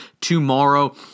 tomorrow